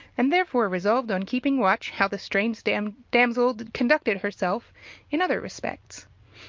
and therefore resolved on keeping watch how the strange damsel damsel conducted herself in other respects.